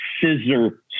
scissor